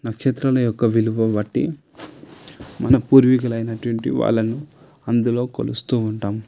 నక్షత్రాలు యొక్క విలువబట్టి మన పూర్వీకులు అయినటువంటి వాళ్లను అందులో కొలుస్తూ ఉంటాం